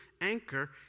anchor